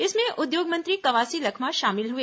इसमें उद्योग मंत्री कवासी लखमा शामिल हए